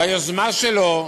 ביוזמה שלו,